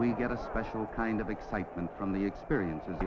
we get a special kind of excitement from the experience